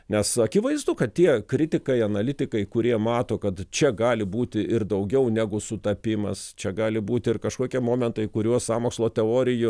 nes akivaizdu kad tie kritikai analitikai kurie mato kad čia gali būti ir daugiau negu sutapimas čia gali būt ir kažkokie momentai kuriuos sąmokslo teorijų